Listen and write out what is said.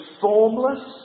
formless